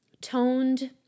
toned